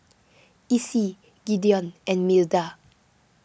Essie Gideon and Milda